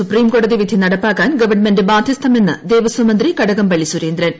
സൂപ്രിംകോടതി വിധി നടപ്പാക്കാൻ ഗവൺമെന്റ് ബാധൃസ്ഥരെന്ന് ദേവസ്വം മന്ത്രി കടകംപള്ളി സു്രേന്ദ്രൻ